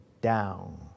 down